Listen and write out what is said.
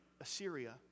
Assyria